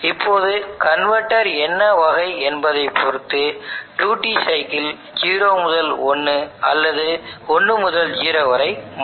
இப்போது கன்வட்டர் என்ன வகை என்பதைப் பொறுத்து டியூட்டி சைக்கிள் 0 முதல் 1 அல்லது 1 முதல் 0 வரை மாறுகிறது